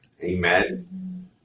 Amen